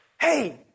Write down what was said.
Hey